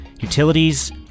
Utilities